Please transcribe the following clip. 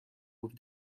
with